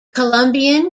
colombian